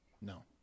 No